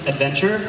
Adventure